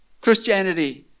Christianity